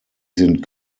sind